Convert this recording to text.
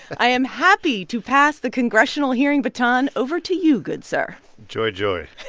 i am happy to pass the congressional hearing baton over to you, good sir joy, joy